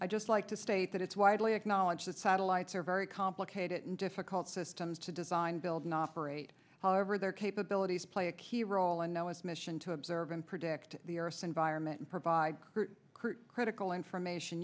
i just like to state that it's widely acknowledged that satellites are very complicated and difficult systems to design build and operate however their capabilities play a key role and now its mission to observe and predict the earth's environment and provide critical information